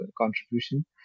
contribution